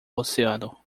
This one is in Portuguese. oceano